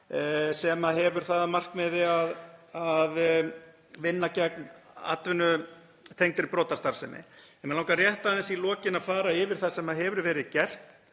sem hefur það að markmiði að vinna gegn atvinnutengdri brotastarfsemi. Mig langar rétt aðeins í lokin að fara yfir það sem hefur verið gert